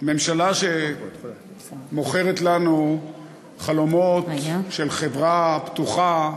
ממשלה שמוכרת לנו חלומות של חברה פתוחה,